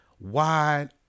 wide